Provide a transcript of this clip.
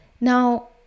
Now